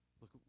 Look